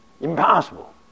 Impossible